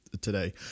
today